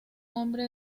hombre